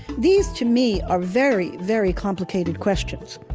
these to me are very, very complicated questions.